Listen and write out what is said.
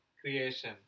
creation